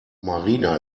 marina